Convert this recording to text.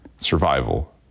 survival